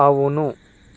అవును